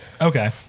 Okay